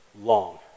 long